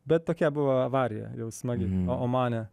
bet tokia buvo avarija jau smagi omane